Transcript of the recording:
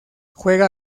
juega